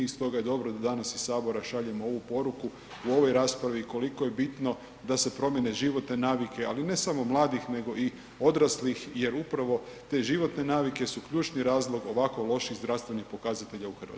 I stoga je dobro da danas iz sabora šaljemo ovu poruku u ovoj raspravi, koliko je bitno da se promijene životne navike ali ne samo mladih nego i odraslih jer upravo te životne navike su ključni razlog ovako loših zdravstvenih pokazatelja u Hrvatskoj.